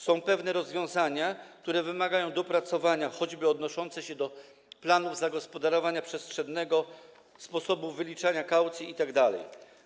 Są pewne rozwiązania, które wymagają dopracowania, choćby odnoszące się do planów zagospodarowania przestrzennego, sposobu wyliczania kaucji itd.